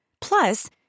Plus